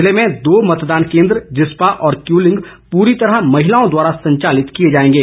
जिले में दो मतदान केन्द्र जिस्पा और क्यूलिंग पूरी तरह महिलाओं द्वारा संचालित किए जाएंगे